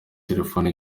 telefoni